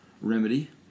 remedy